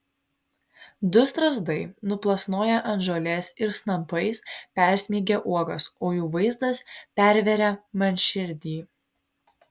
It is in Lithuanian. du strazdai nuplasnoja ant žolės ir snapais persmeigia uogas o jų vaizdas perveria man širdį